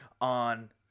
on